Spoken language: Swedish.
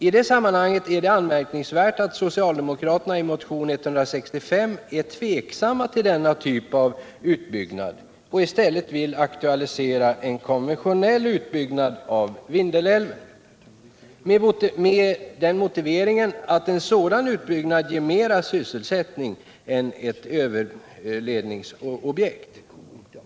I det sammanhanget är det anmärkningsvärt att socialdemokraterna i motionen nr 165 är tveksamma till 71 denna typ av utbyggnad och i stället vill aktualisera en konventionell utbyggnad av Vindelälven med den motiveringen att en sådan utbyggnad ger mera sysselsättning än ett överledningsprojekt.